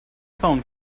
phone